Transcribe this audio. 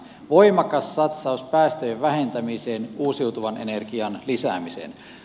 voimakas satsaus päästöjen vähentämiseen uusiutuvan energian lisäämiseen